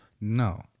no